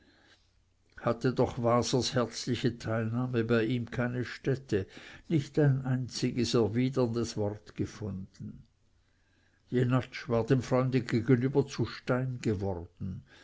hatte doch wasers herzliche teilnahme bei ihm keine stätte nicht ein einziges erwiderndes wort gefunden jenatsch war dem freunde gegenüber zu stein geworden